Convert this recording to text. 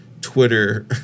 Twitter